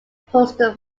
postal